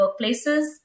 workplaces